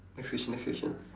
next question next question